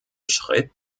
schritt